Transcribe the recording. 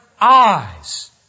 eyes